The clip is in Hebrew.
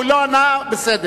הוא לא ענה, בסדר.